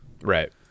Right